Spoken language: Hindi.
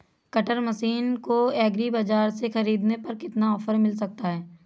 कटर मशीन को एग्री बाजार से ख़रीदने पर कितना ऑफर मिल सकता है?